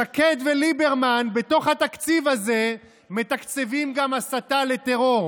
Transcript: שקד וליברמן בתוך התקציב הזה מתקצבים גם הסתה לטרור.